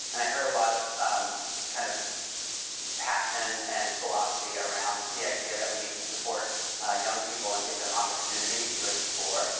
and i heard a lot of kinda kind of passion and philosophy around the idea that we need to support young people, and give them opportunities to explore,